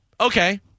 Okay